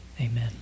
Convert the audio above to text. amen